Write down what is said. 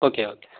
okay okay